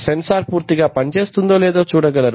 censor పూర్తిగా పనిచేస్తుందో లేదో చూడగలరు